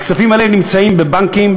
והכספים האלה נמצאים בבנקים,